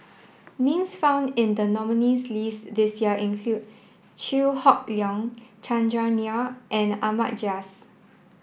names found in the nominees' list this year include Chew Hock Leong Chandran Nair and Ahmad Jais